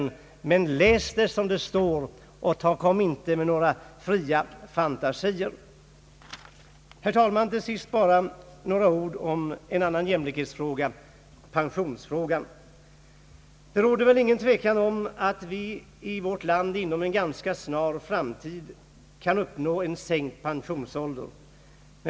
Jag vill bare be herr Wallmark: Läs vad som står där och kom inte med några fria fantasier. Herr talman! Till sist bara några ord om en annan jämlikhetsfråga: pensionsfrågan. Det råder väl ingen tvekan om att vi i vårt land inom en ganska snar framtid kan uppnå en sänkt pensionsålder.